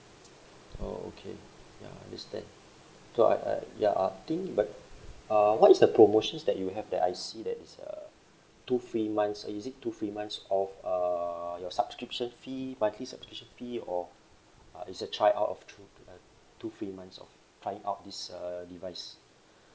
oh okay ya understand so I I ya uh I think but uh what is the promotions that you have that I see that is uh two free months is it two free months of uh your subscription fee monthly subscription fee or uh it's a try out of two uh two free months of trying out this uh device